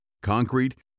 concrete